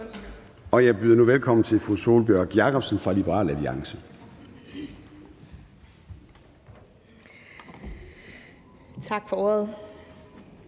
og jeg byder nu velkommen til fru Sólbjørg Jakobsen fra Liberal Alliance. Kl.